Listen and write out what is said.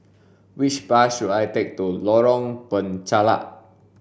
which bus should I take to Lorong Penchalak